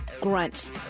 grunt